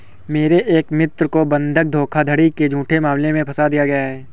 मेरे एक मित्र को बंधक धोखाधड़ी के झूठे मामले में फसा दिया गया था